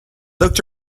looked